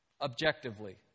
objectively